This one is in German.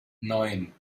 neun